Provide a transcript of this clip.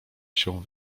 się